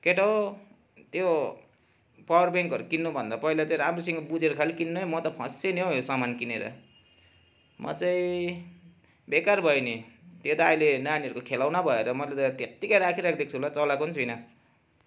केटा हो त्यो पावर ब्याङ्कहरू किन्नु भन्दा पहिला चाहिँ राम्रोसँग बुझेर खालि किन्नु है म त फँसिए नि हो यो सामान किनेर म चाहिँ बेकार भए नि त्यो त अहिले नानीहरूको खेलौना भएर मैले त त्यतिकै राखी राखिदिएको छु ल चलाएको नि छैन